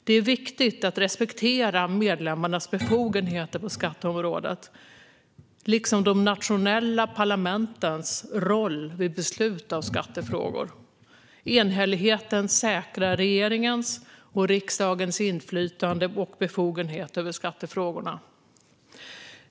Det är viktigt att respektera medlemsstaternas befogenheter på skatteområdet liksom de nationella parlamentens roll vid beslut om skattefrågor. Enhälligheten säkrar regeringens och riksdagens inflytande och befogenhet över skattefrågorna.